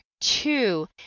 two